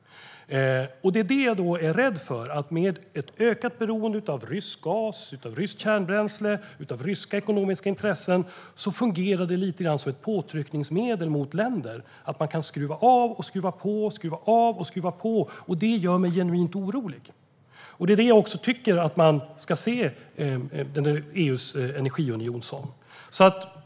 Det jag är rädd för är att det med ett ökat beroende av rysk gas, ryskt kärnbränsle och ryska ekonomiska intressen fungerar lite grann som ett påtryckningsmedel mot länder. Man kan skruva av och skruva på, och skruva av och skruva på. Det gör mig genuint orolig. Det är i det ljuset jag tycker att man ska se EU:s energiunion. Herr talman!